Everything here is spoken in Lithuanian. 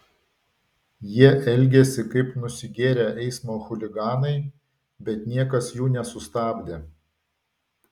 jie elgėsi kaip nusigėrę eismo chuliganai bet niekas jų nesustabdė